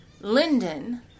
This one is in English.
linden